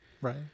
right